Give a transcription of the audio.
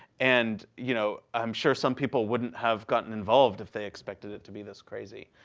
and, you know, i'm sure some people wouldn't have gotten involved if they expected it to be this crazy.